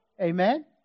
Amen